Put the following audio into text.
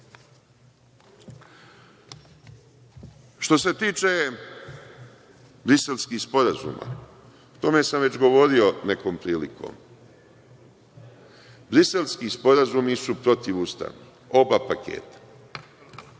se tiče Briselskih sporazuma, o tome sam već govorio nekom prilikom. Briselski sporazumi su protivustavni, oba paketa.